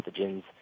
pathogens